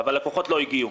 אבל לקוחות לא הגיעו.